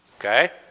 okay